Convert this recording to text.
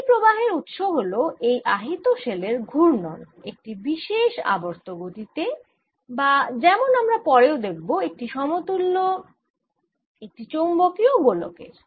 এই প্রবাহের উৎস হল এই আহিত শেল এর ঘুর্নণ একটি বিশেষ আবর্ত গতিতে বা যেমন আমরা পরেও দেখব এটি সমতুল্য একটি চৌম্বকীয় গোলকের